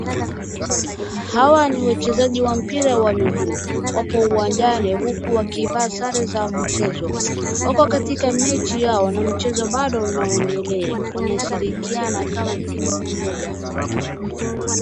Hawa ni wachezaji wa mpira wa miguu. Wapo uwanjani huku wakivaa sare za mchezo. Wako katika mecho yao na mchezo bado unaendelea. Wanashirikiana kama timu moja.